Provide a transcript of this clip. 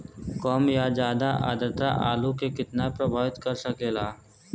कम या ज्यादा आद्रता आलू के कितना प्रभावित कर सकेला?